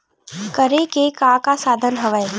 करे के का का साधन हवय?